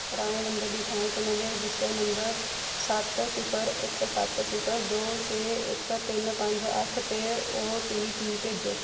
ਪੁਰਾਣੇ ਨੰਬਰ ਦੀ ਥਾਂ ਇੱਕ ਨਵੇਂ ਰਜਿਸਟਰਡ ਨੰਬਰ ਸੱਤ ਸਿਫਰ ਇੱਕ ਸੱਤ ਸਿਫਰ ਦੋ ਛੇ ਇੱਕ ਤਿੰਨ ਪੰਜ ਅੱਠ 'ਤੇ ਓ ਟੀ ਪੀ ਭੇਜੋ